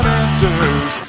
answers